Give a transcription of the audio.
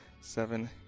seven